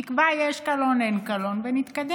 יקבע אם יש קלון או אין קלון ונתקדם.